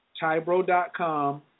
Tybro.com